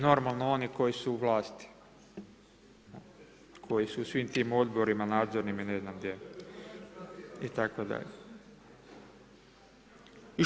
Normalno, oni koji su u vlasti, koji su u svim tim odborima, nadzornim i ne znam gdje i tako dalje.